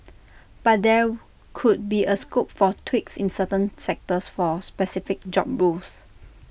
but there could be A scope for tweaks in certain sectors for specific job roles